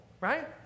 right